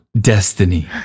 destiny